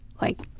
like,